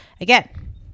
again